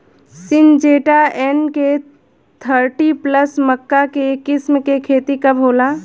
Syngenta NK thirty plus मक्का के किस्म के खेती कब होला?